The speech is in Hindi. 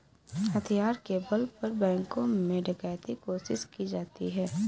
हथियार के बल पर बैंकों में डकैती कोशिश की जाती है